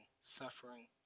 suffering